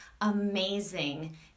Amazing